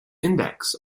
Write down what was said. index